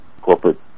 corporate